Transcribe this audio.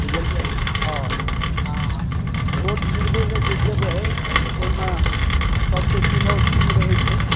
बुझलियै हँ आ वोट गिरबै लए जे जेबै तऽ ओहिमे सभके चुनाव चिन्ह रहै छै